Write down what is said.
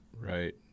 Right